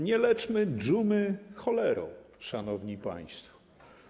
Nie leczmy dżumy cholerą, szanowni państwo.